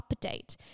update